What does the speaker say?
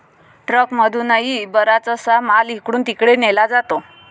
ट्रकमधूनही बराचसा माल इकडून तिकडे नेला जातो